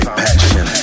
passion